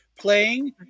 playing